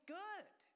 good